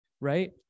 right